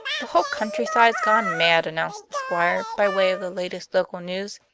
the whole countryside's gone mad, announced the squire, by way of the latest local news.